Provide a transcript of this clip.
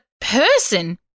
person